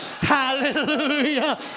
Hallelujah